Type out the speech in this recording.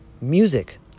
Music